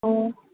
ꯑꯣ